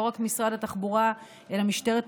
לא רק משרד התחבורה אלא משטרת התנועה,